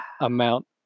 amount